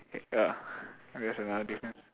ya I guess another difference